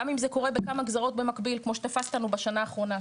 גם אם זה קורה בכמה גזרות במקביל כמו שתפס אותנו בשנה האחרונה,